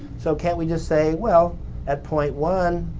so, can't we just say, well at point one